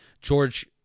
George